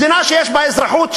מדינה שיש בה אזרחות,